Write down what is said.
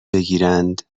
بگیرند